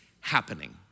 happening